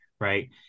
Right